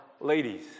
ladies